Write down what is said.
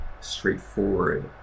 straightforward